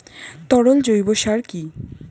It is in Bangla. তরল জৈব সার কি?